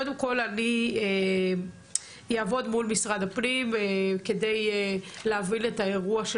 קודם כל אני אעבוד מול משרד הפנים כדי להבין את האירוע של